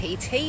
PT